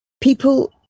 people